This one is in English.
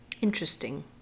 interesting